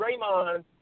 Draymond